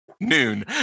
Noon